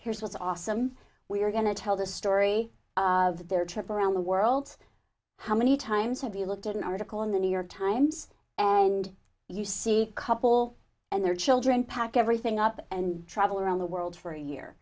his was awesome we're going to tell the story of their trip around the world how many times have you looked at an article in the new york times and you see a couple and their children pack everything up and travel around the world for a year